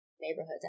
neighborhoods